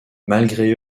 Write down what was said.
malgré